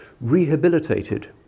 rehabilitated